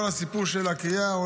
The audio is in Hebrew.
כל הסיפור של הקריאה,